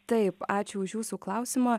taip ačiū už jūsų klausimą